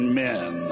men